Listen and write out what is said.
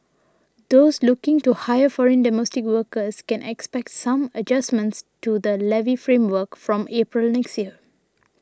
those looking to hire foreign domestic workers can expect some adjustments to the levy framework from April next year